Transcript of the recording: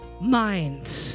mind